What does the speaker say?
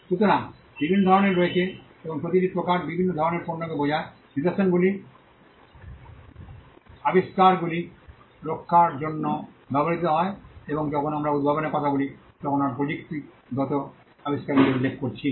সুতরাং বিভিন্ন ধরণের রয়েছে এবং প্রতিটি প্রকার বিভিন্ন ধরণের পণ্যকে বোঝায় নিদর্শনগুলি আবিষ্কারগুলি রক্ষার জন্য ব্যবহৃত হয় এবং যখন আমরা উদ্ভাবনের কথা বলি তখন আমরা প্রযুক্তিগত আবিষ্কারগুলি উল্লেখ করছি